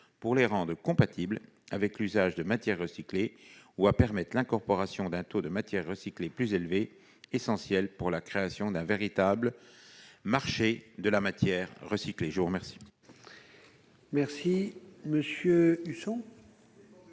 pour les rendre compatibles avec l'usage de matières recyclées, ou à permettre l'incorporation d'un taux de matières recyclées plus élevé, essentiel pour la création d'un véritable marché de la matière recyclée. La parole